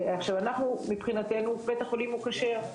ואנחנו מבחינתנו בית החולים הוא כשר,